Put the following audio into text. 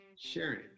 sharing